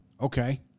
Okay